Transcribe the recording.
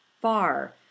far